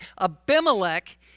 Abimelech